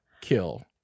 Kill